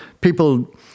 people